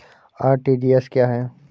RTGS क्या है?